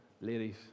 ladies